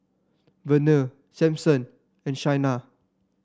Verner Sampson and Shaina